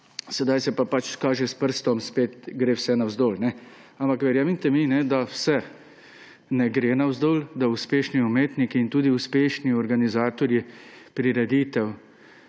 sedaj se pa pač kaže s prstom, da spet gre vse navzdol. Ampak verjemite mi, da vse ne gre navzdol, da uspešni umetniki in tudi uspešni organizatorji prireditev